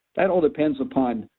that all depends upon